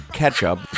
ketchup